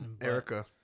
Erica